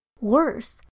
Worse